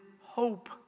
hope